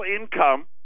income